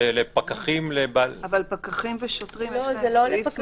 לפקחים --- אבל לפקחים ושוטרים יש סעיף